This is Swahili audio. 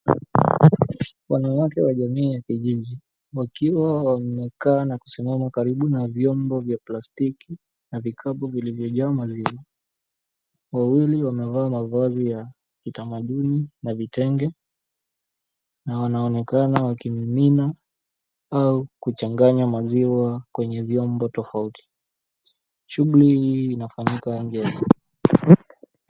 Wanawake wa jamii ya kijiji wakiwa wamekaa na kusimama karibu na viombo vya plastiki na vikombe vilivyojaa maziwa, wawili wamevaa mavazi ya kitamaduni na vitenge na wanaonekana wakimimina au kuchanganya maziwa kwenye viombo tofauti shughuli hii inafanyika yote.